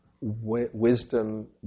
wisdom